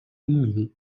的町名